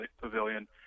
Pavilion